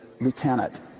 lieutenant